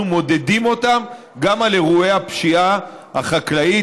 מודדים אותם גם על אירועי הפשיעה החקלאית,